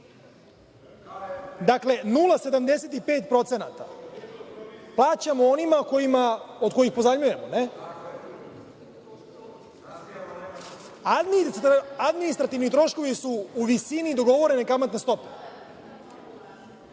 Dakle, 0,75% plaćamo onima od kojih pozajmljujemo? Administrativni troškovi su u visini dogovorene kamatne stope. Druga